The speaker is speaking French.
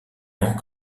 lent